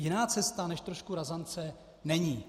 Jiná cesta než trošku razance není.